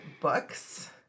books